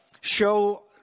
show